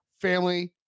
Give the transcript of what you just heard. family